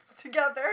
together